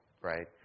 right